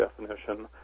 definition